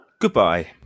Goodbye